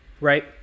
Right